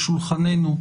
לשולחננו,